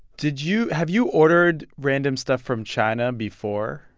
did you have you ordered random stuff from china before?